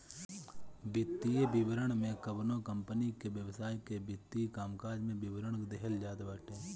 वित्तीय विवरण में कवनो कंपनी के व्यवसाय के वित्तीय कामकाज के विवरण देहल जात बाटे